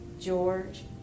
George